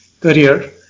career